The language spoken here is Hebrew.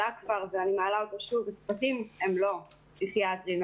הם לא פסיכיאטרים,